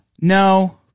No